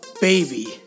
baby